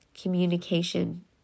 communication